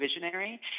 visionary